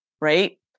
right